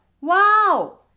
Wow